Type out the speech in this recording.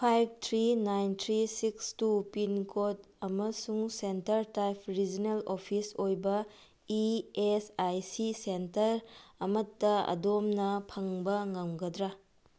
five three nine three six two pin code ꯑꯃꯁꯨꯡ center type regional office ꯑꯣꯏꯕ E S I C center ꯑꯃꯠꯇ ꯑꯗꯣꯝꯅ ꯐꯪꯕ ꯉꯝꯒꯗ꯭ꯔꯥ